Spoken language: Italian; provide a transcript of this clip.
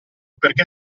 perché